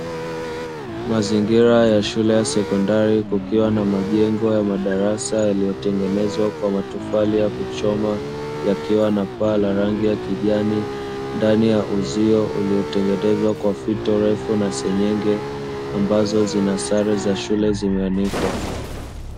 Mazingira ya shule ya sekondari kukiwa na majengo ya madarasa yaliyotengenezwa kwa matofali ya kuchoma yakiwa na paa la rangi ya kijani ndani ya uzio uliotengenezwa kwa fito refu na senyenge ambazo zina sare za shule zimeanikwa.